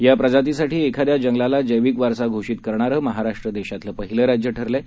याप्रजातीसाठीएखाद्याजंगलालाजैविकवारसाघोषितकरणारंमहाराष्ट्रदेशातलंपहिलंराज्यठरलंआहे